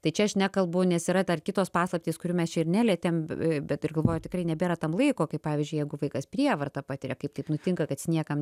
tai čia aš nekalbu nes yra dar kitos paslaptys kurių mes čia ir nelietėm bet ir galvoju tikrai nebėra tam laiko kai pavyzdžiui jeigu vaikas prievartą patiria kaip taip nutinka kad is niekam